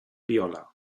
viola